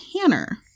Hanner